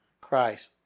Christ